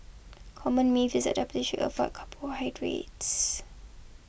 common myth is that diabetics should offer carbohydrates